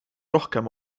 rohkem